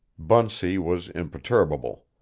bunsey was imperturbable.